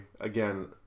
again